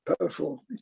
powerful